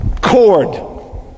Cord